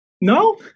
no